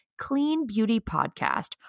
CLEANBEAUTYPODCAST